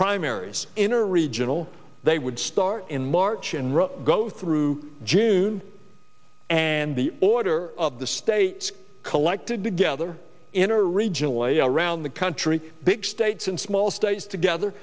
primaries in a regional they would start in march and go through june and the order of the states collected together in originally around the country big states and small states together